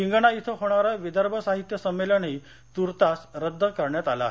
हिंगणा ब्रिं होणारं विदर्भ साहित्य संमेलनही तूर्तास रद्द करण्यात आलं आहे